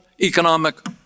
economic